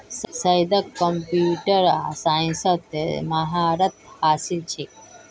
सैयदक कंप्यूटर साइंसत महारत हासिल छेक